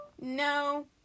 No